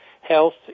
health